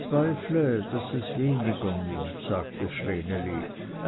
zweifle daß es weniger nimmt sagte vreneli